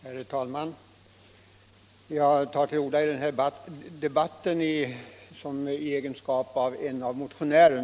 Herr talman! Jag tar till orda i den här debatten i egenskap av motionär.